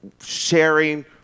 sharing